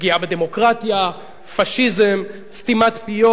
פגיעה בדמוקרטיה, פאשיזם, סתימת פיות.